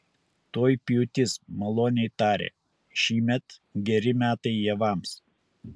tuoj pjūtis maloniai tarė šįmet geri metai javams